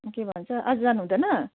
के भन्छ आज जानुहुँदैन